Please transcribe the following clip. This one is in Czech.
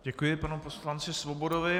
Děkuji panu poslanci Svobodovi.